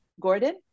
Gordon